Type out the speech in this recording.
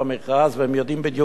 במכרז, והם יודעים בדיוק מה זה.